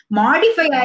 modify